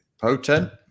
potent